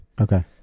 Okay